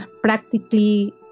practically